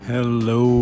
Hello